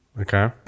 Okay